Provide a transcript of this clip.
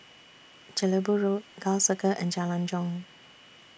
Jelebu Road Gul Circle and Jalan Jong